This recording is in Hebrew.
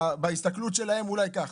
אולי בהסתכלות שלהם זה ככה.